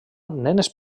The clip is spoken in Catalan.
nenes